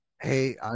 Hey